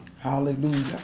hallelujah